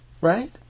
right